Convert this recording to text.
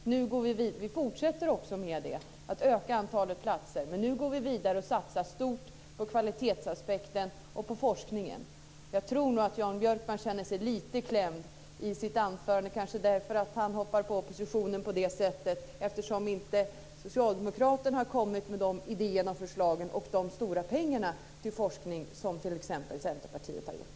Vi fortsätter också med att öka antalet platser, men nu går vi vidare och satsar stort på kvalitetsaspekten och på forskningen. Jag tror nog att Jan Björkman känner sig lite klämd i sitt anförande när han hoppar på oppositionen på det sättet, eftersom socialdemokraterna inte har kommit med de idéerna och förslagen och de stora pengarna till forskning som t.ex. Centerpartiet har gjort.